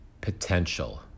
potential